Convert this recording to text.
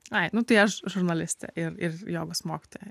ai nu tai aš žurnalistė ir ir jogos mokytoja